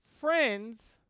friends